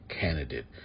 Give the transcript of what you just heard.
candidate